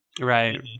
Right